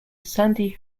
sandy